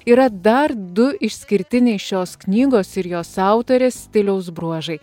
yra dar du išskirtiniai šios knygos ir jos autorės stiliaus bruožai